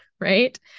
right